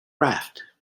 raft